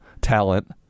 talent